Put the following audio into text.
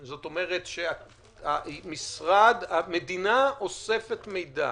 זאת אומרת שהמדינה אוספת מידע